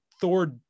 thor